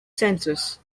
census